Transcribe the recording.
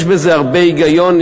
יש בזה הרבה היגיון,